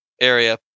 area